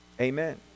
Amen